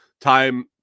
Time